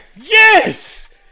Yes